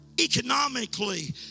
economically